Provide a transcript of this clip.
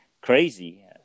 crazy